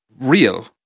real